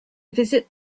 visit